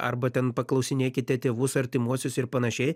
arba ten paklausinėkite tėvus artimuosius ir panašiai